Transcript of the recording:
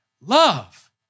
Love